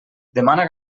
demana